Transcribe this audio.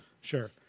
Sure